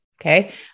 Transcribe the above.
Okay